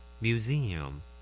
Museum